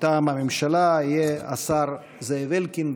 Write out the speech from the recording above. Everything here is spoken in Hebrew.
מטעם הממשלה יהיה השר זאב אלקין.